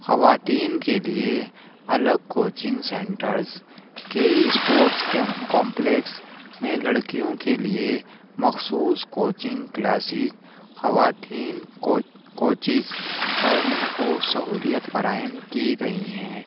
خواتین کے لیے الگ کوچنگ سینٹرز کئی اسپورٹس کمپلیکس میں لڑکیوں کے لیے مخصوص کوچنگ کلاسیز خواتین کو کوچز اور محفوظ سہولیت فراہم کی گئی ہیں